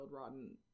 rotten